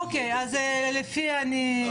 אוקיי, אז לפי --- בסדר.